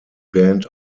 band